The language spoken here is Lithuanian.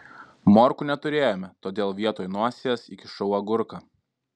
morkų neturėjome todėl vietoj nosies įkišau agurką